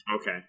Okay